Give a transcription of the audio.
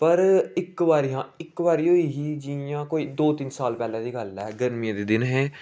पर इक बारी आं इक बारी होई ही जि'यां कोई दौ तिन्न साल पैह्लें दी गल्ल ऐ गर्मियें दे दिन हे